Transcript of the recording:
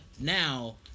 now